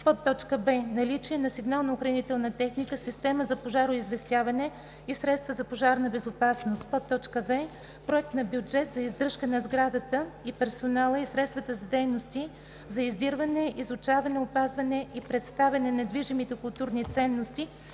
лаборатория; б) наличие на сигнално-охранителна техника, система за пожароизвестяване и средства за пожарна безопасност; в) проект на бюджет за издръжка на сградата и персонала и средства за дейности за издирване, изучаване, опазване и представяне на движимите културни ценности